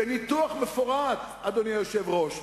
בניתוח מפורט, אדוני היושב-ראש,